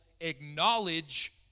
acknowledge